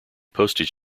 postage